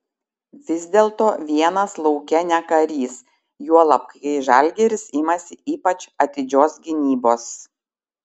vis dėlto vienas lauke ne karys juolab kai žalgiris imasi ypač atidžios gynybos